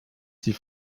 die